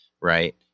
Right